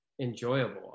enjoyable